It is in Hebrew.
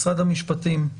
משרד המשפטים,